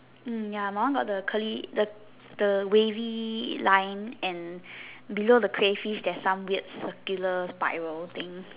mm ya my one got the curly the the wavy line and below the crayfish there's some weird circular spiral thing